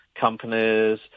companies